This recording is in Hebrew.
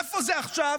איפה זה עכשיו?